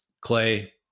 Clay